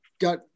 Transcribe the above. got